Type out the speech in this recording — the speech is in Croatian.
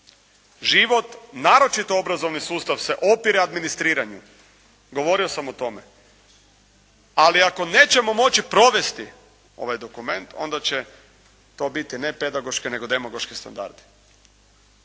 Život, naročito obrazovni sustav se opire administriranju, govorio sam o tome. Ali ako nećemo moći provesti ovaj dokument onda će to biti ne pedagoški nego demagoški standardi.